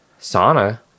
sauna